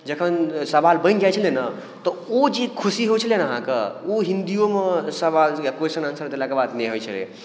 जखन सवाल बनि जाय छलै ने तऽ ओ जे खुशी होय छलै ने अहाँकऽ ओ हिन्दियोमे सवाल क्वेश्चन आंसर देलाके बाद नहि होयत छलै